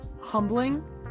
humbling